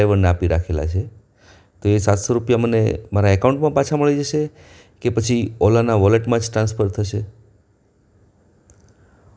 હા dining hall ચાલે થાળી થાળી વાળું પણ ચાલે થાળી થાળી મળતી હોય તો પણ ચાલે થોડી થાળીમાં મીઠાઇ ફરસાણ એવું બધુ પણ રાખવું